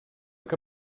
que